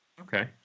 Okay